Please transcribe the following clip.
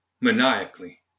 maniacally